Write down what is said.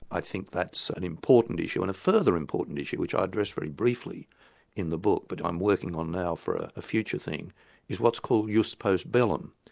i think that's an important issue, and a further important issue which i address very briefly in the book, but i'm working on now for a future thing is what's called jus post bellum,